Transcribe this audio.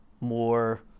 more